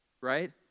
right